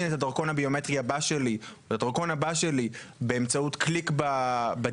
את הדרכון הביומטרי הבא שלי באמצעות קליק בדיגיטל,